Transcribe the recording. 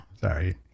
Sorry